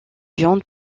viande